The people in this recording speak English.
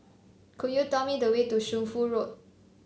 could you tell me the way to Shunfu Road